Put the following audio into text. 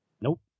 Nope